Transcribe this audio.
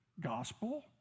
gospel